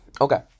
Okay